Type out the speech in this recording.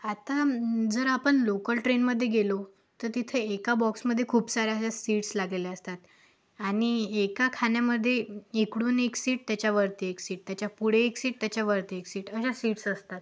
आता जर आपण लोकल ट्रेनमध्ये गेलो तर तिथे एका बॉक्समध्ये खूप साऱ्या अशा सीट्स लागलेल्या असतात आणि एका खाण्यामध्ये इकडून एक सीट त्याच्यावरती एक सीट त्याच्या पुढे एक सीट त्याच्यावरती एक सीट अशा सीट्स असतात